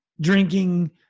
drinking